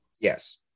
Yes